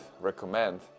recommend